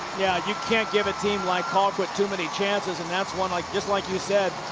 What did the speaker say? yeah, you can't give a team like colquitt too many chances. and that's one, like just like you said,